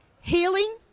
healing